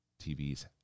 TV's